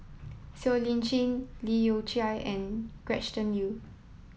Siow Lee Chin Leu Yew Chye and Gretchen Liu